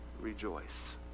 rejoice